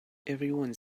everyone